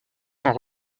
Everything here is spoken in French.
sont